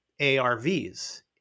arvs